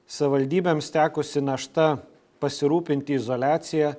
savivaldybėms tekusi našta pasirūpinti izoliacija